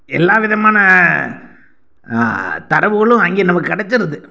எல்லா விதமான தரவுகளும் அங்கே நமக்கு கிடச்சிடுது